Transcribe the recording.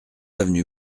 avenue